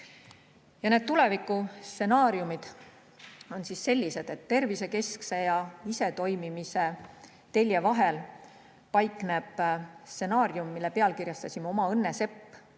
Need tulevikustsenaariumid on sellised, et tervisekeskse ja isetoimimise telje vahel paikneb stsenaarium, mille pealkirjastasime "Oma õnne sepp".